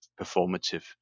performative